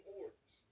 orders